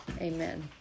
Amen